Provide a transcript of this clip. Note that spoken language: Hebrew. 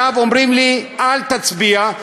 עכשיו אומרים לי: אל תצביע,